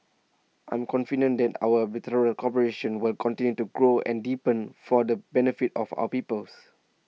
I'm confident that our bilateral cooperation will continue to grow and deepen for the benefit of our peoples